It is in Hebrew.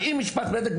על אם משפט צדק,